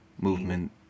movement